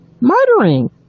murdering